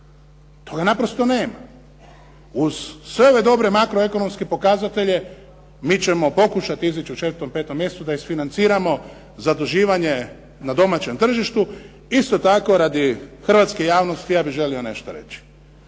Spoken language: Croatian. Toga naprosto nema. Uz sve ove dobre makroekonomske pokazatelje mi ćemo pokušati izići u 4, 5 mjesecu da isfinanciramo zaduživanje na domaćem tržištu. Isto tako, radi hrvatske javnosti ja bih želio nešto reći.